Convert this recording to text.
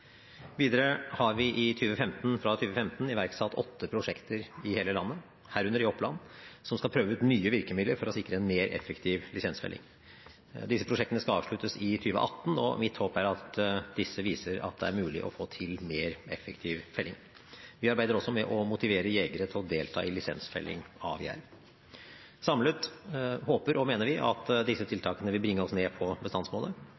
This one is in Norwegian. Videre har vi fra 2015 iverksatt åtte prosjekter i hele landet, herunder i Oppland, som skal prøve ut nye virkemidler for å sikre en mer effektiv lisensfelling. Disse prosjektene skal avsluttes i 2018, og mitt håp er at disse viser at det er mulig å få til mer effektiv felling. Vi arbeider også med å motivere jegere til å delta i lisensfelling av jerv. Samlet håper og mener vi at disse tiltakene vil bringe oss ned på bestandsmålet.